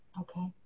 Okay